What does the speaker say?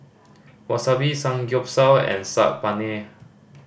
Wasabi Samgyeopsal and Saag Paneer